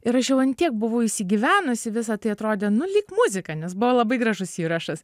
ir aš jau ant tiek buvau įsigyvenus į visa tai atrodė nu lyg muzika nes buvo labai gražus įrašas